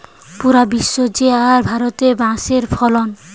পুরা বিশ্ব রে আর ভারতে বাঁশের ফলন